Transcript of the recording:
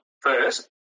first